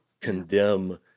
condemn